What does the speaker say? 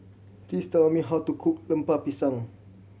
please tell me how to cook Lemper Pisang